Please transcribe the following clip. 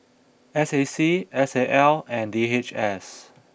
S A C S A L and D H S